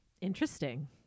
Interesting